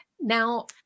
now